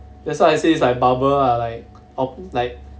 that's why I say is like bubble ah like like